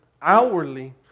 outwardly